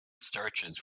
starches